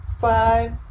five